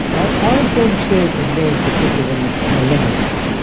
i don't see it as being particularly malevolent,